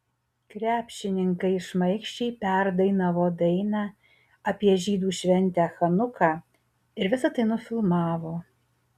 krepšininkai šmaikščiai perdainavo dainą apie žydų šventę chanuką ir visa tai nufilmavo